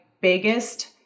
biggest